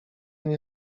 nie